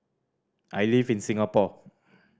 I live in Singapore